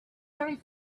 very